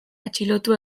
atxilotu